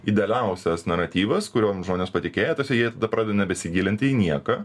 idealiausias naratyvas kuriuom žmonės patikėję tasme jie tada pradeda nebesigilinti į nieką